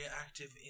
active